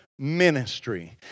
ministry